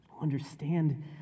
Understand